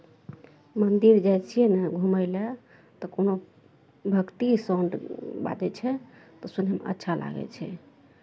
मन्दिर जाइ छियै ने घूमय लए तऽ कोनो भक्ति साउन्ड बाजै छै तऽ सुनयमे अच्छा लागै छै